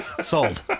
Sold